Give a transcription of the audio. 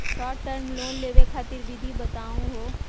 Short term loan लेवे खातीर विधि बताहु हो?